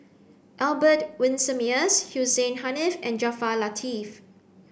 Albert Winsemius Hussein Haniff and Jaafar Latiff